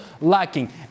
lacking